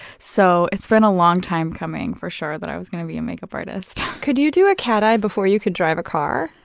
so it's been a long time coming, for sure, that i was gonna be a makeup artist. could you do a cat-eye before you could drive a car?